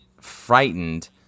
frightened